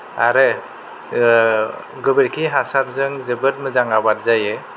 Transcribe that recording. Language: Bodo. आरो ओ गोबोरखि हासारजों जोबोद मोजां आबाद जायो